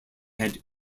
had